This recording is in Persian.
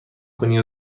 کنی